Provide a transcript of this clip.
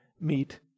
meet